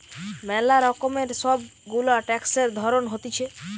ম্যালা রকমের সব গুলা ট্যাক্সের ধরণ হতিছে